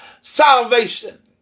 salvation